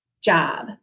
job